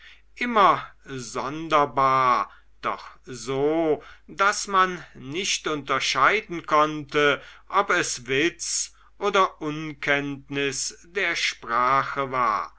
immer sonderbar doch so daß man nicht unterscheiden konnte ob es witz oder unkenntnis der sprache war